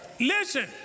listen